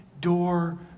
door